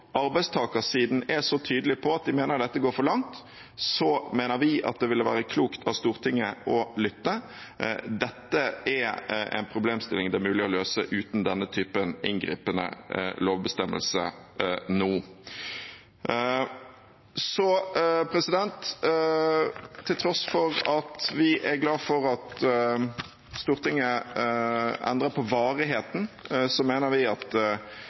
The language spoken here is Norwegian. arbeidstakersiden er så tydelig på at de mener dette går for langt, mener vi at det ville være klokt av Stortinget å lytte. Dette er en problemstilling det er mulig å løse uten denne typen inngripende lovbestemmelse nå. Så til tross for at vi er glade for at Stortinget endrer på varigheten, mener vi at